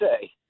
say